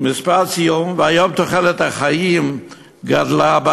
משפט סיום, היום תוחלת החיים גדלה.